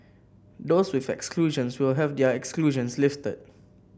those with exclusions will have their exclusions lifted